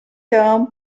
term